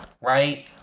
right